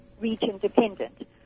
region-dependent